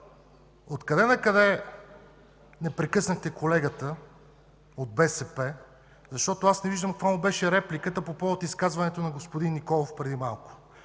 От къде накъде не прекъснахте колегата от БСП, защото не виждам каква беше репликата му към изказването на господин Николов преди малко?